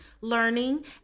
learning